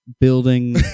building